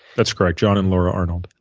that's correct, john and laura arnold.